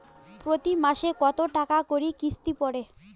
প্রতি মাসে কতো টাকা করি কিস্তি পরে?